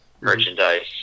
merchandise